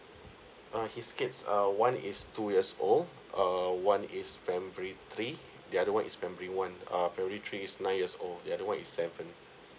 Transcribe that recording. uh his kids err one is two years old err one is primary three the other one is primary one uh primary three is nine years old the other one is seven